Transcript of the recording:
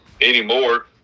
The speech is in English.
Anymore